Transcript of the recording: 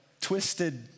twisted